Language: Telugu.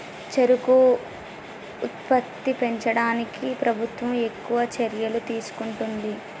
చెరుకు ఉత్పత్తి పెంచడానికి ప్రభుత్వం ఎక్కువ చర్యలు తీసుకుంటుంది